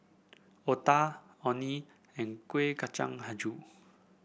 otah Orh Nee and Kuih Kacang hijau